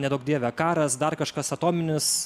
neduok dieve karas dar kažkas atominis